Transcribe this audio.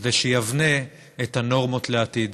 כדי שיבנה את הנורמות לעתיד.